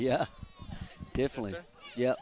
yeah definitely yeah